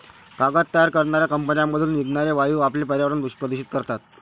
कागद तयार करणाऱ्या कंपन्यांमधून निघणारे वायू आपले पर्यावरण प्रदूषित करतात